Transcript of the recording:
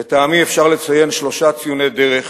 לטעמי, אפשר לציין שלושה ציוני דרך